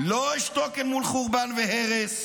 לא אשתוק אל מול חורבן והרס.